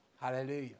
Hallelujah